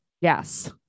Yes